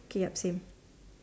okay yup same